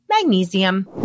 magnesium